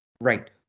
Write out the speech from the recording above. Right